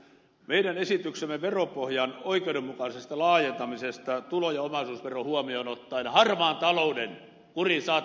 meillä on esitykset veropohjan oikeudenmukaisesta laajentamisesta tulo ja omaisuusvero huomioon ottaen ja harmaan talouden kuriin saattamisesta